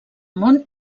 món